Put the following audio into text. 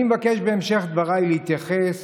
אני מבקש בהמשך דבריי להתייחס